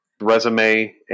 resume